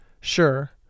sure